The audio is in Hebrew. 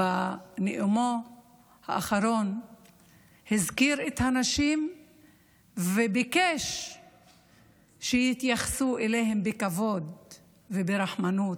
בנאומו האחרון הזכיר את הנשים וביקש שיתייחסו אליהן בכבוד וברחמנות,